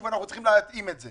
אבל אנחנו צריכים להתאים את זה.